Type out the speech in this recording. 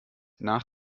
nach